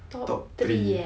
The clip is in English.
top three